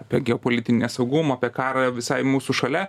apie geopolitinį nesaugumą apie karą visai mūsų šalia